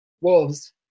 wolves